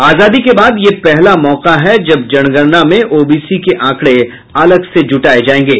आजादी के बाद यह पहला मौका है जब जनगणना में ओबीसी के आंकड़े अलग से जुटाये जायेंगे